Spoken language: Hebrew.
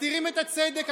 מסתירים את הצדק,